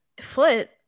foot